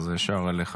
אז ישר אליך.